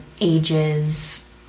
ages